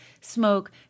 smoke